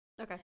Okay